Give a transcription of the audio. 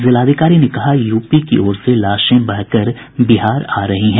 जिलाधिकारी ने कहा यूपी की ओर से लाशें बहकर बिहार आ रही हैं